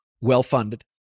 well-funded